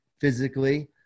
physically